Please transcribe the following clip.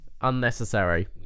Unnecessary